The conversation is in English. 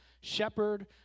Shepherd